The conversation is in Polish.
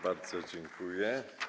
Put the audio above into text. Bardzo dziękuję.